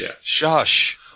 shush